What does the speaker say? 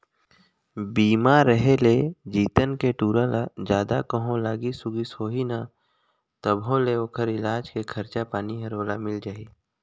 बीमा रेहे ले तीजन के टूरा ल जादा कहों लागिस उगिस होही न तभों ले ओखर इलाज के खरचा पानी हर ओला मिल जाही